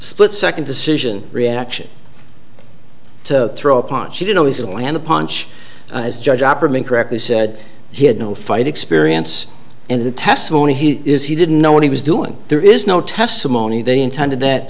split second decision reaction to throw upon she didn't always atlanta punch as judge opperman correctly said he had no fight experience and the testimony he is he didn't know what he was doing there is no testimony they intended that